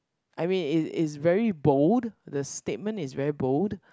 I mean it is very bold the statement is very bold